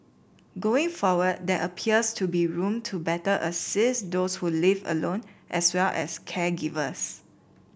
going forward there appears to be room to better assist those who live alone as well as caregivers